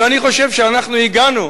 ואני חושב שאנחנו הגענו,